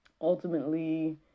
Ultimately